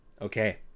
okay